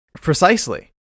Precisely